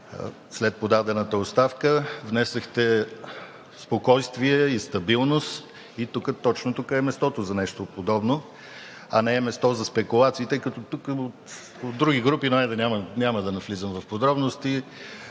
след подадената оставка. Внесохте спокойствие и стабилност. И точно тук е мястото за нещо подобно, а не е място за спекулации, тъй като тук от други групи, хайде, няма да навлизам в подробности,